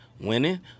winning